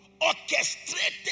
orchestrated